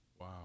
Wow